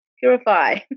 purify